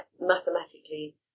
mathematically